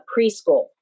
preschool